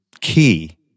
key